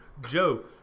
Joe